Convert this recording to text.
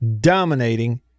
dominating